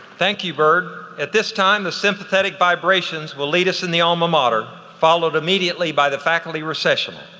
thank you bird. at this time, the sympathetic vibrations will lead us in the alma mater followed immediately by the faculty recessional.